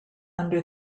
under